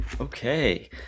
Okay